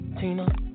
Tina